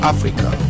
Africa